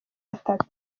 atatu